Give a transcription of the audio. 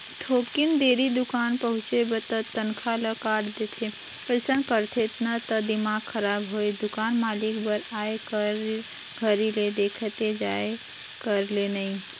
थोकिन देरी दुकान पहुंचबे त तनखा ल काट देथे अइसन करथे न त दिमाक खराब होय दुकान मालिक बर आए कर घरी ले देखथे जाये कर ल नइ